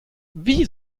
wie